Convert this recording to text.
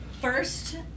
first